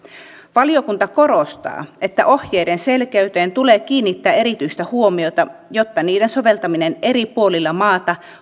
valiokunta korostaa että ohjeiden selkeyteen tulee kiinnittää erityistä huomiota jotta niiden soveltaminen eri puolilla maata